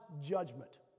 judgment